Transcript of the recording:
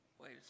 Wait